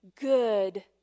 good